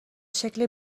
شکل